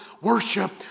worship